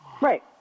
Right